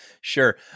Sure